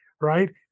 right